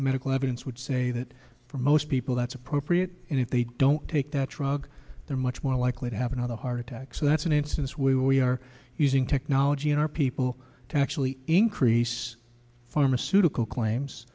medical evidence would say that for most people that's appropriate and if they don't take that drug they're much more likely to have another heart attack so that's an instance where we are using technology in our people to actually increase pharmaceutical claims